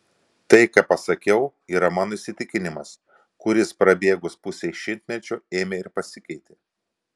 tai ką pasakiau yra mano įsitikinimas kuris prabėgus pusei šimtmečio ėmė ir pasikeitė